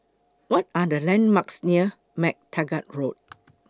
What Are The landmarks near MacTaggart Road